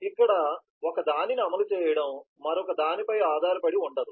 ఇక్కడ ఒకదానిని అమలు చేయడం మరొకదానిపై ఆధారపడి ఉండదు